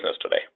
today